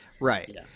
right